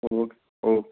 okay okay